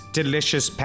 delicious